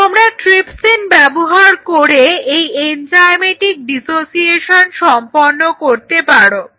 তোমরা ট্রিপসিন ব্যবহার করে এই এনজাইমেটিক ডিসোসিয়েশন সম্পন্ন করতে পারো